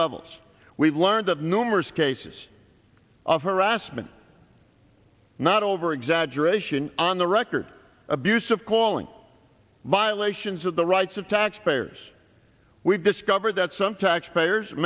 levels we've learned of numerous cases of harassment not overexaggeration on the record abuse of calling on violations of the rights of taxpayers we've discovered that some taxpayers man